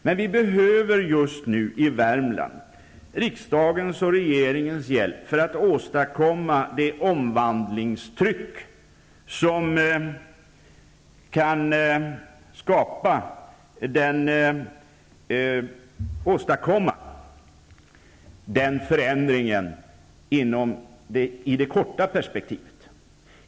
Men vi behöver just nu i Värmland riksdagens och regeringens hjälp för att åstadkomma det omvandlingstryck som kan åtstadkomma en förändring i det korta perspektivet.